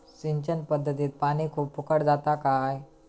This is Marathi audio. सिंचन पध्दतीत पानी खूप फुकट जाता काय?